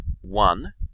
one